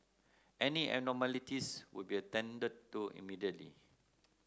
any abnormalities would be attended to immediately